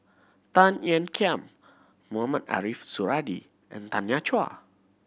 Tan Ean Kiam Mohamed Ariff Suradi and Tanya Chua